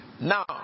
Now